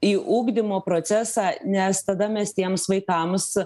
į ugdymo procesą nes tada mes tiems vaikams